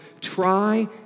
try